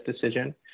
decision